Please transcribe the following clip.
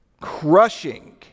crushing